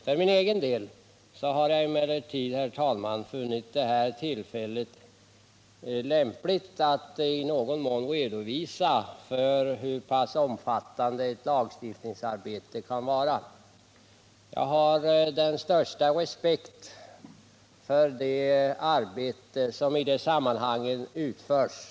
För min egen del har jag emellertid funnit tillfället lämpligt att i någon mån redogöra för hur pass omfattande ett lagstiftningsarbete kan vara. Jag har den största respekt för det arbete som i de sammanhangen utförs.